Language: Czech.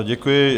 Děkuji.